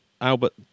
Albert